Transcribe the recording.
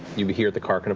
you but hear the car kind of